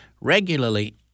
regularly